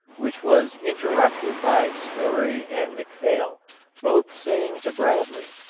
which was interrupted by story and mcphail both saying to bradley,